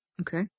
Okay